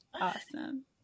Awesome